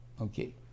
Okay